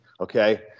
okay